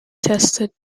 tested